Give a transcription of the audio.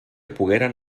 pogueren